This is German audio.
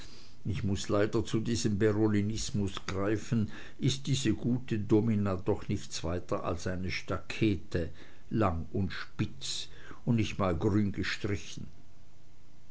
ich muß leider zu diesem berolinismus greifen ist diese gute domina doch nichts weiter als eine stakete lang und spitz und nicht mal grün gestrichen